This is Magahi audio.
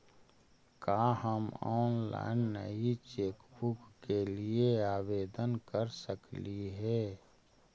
का हम ऑनलाइन नई चेकबुक के लिए आवेदन कर सकली हे